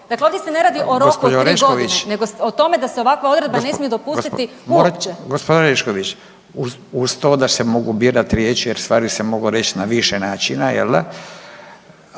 Orešković./… se ne radi o roku od tri godine nego o tome da se ovakva odredba ne smije dopustiti uopće. **Radin, Furio (Nezavisni)** Gospođo Orešković uz to da se mogu birati riječi jer stvari se mogu reći na više načina jel